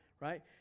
right